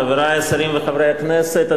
חברי השרים וחברי הכנסת,